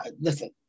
Listen